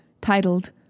titled